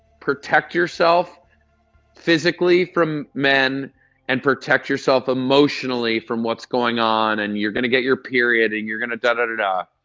protect yourself physically from men and protect yourself emotionally from what's going on. and you're going to get your period and you're going to da-da-da-da.